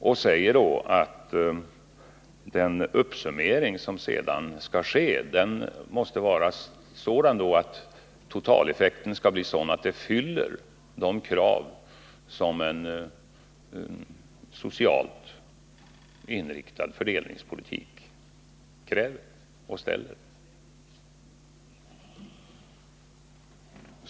Jag sade att den uppsummering som sedan skall ske måste vara sådan att totaleffekten blir att den uppfyller de krav som en socialt inriktad fördelningspolitik ställer.